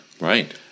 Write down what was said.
right